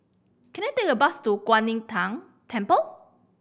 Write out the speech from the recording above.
can I take a bus to Kwan Im Tng Temple